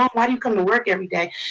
um why do you come to work every day?